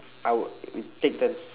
I w~ we take turns